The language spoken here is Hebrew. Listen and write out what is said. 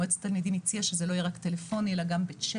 מועצת התלמידים הציעה שזה לא יהיה רק טלפוני אלא גם בצ'ט,